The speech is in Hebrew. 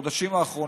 בחודשים האחרונים,